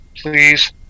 please